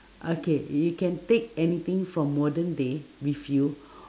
okay you can take anything from modern day with you